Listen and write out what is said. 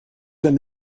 een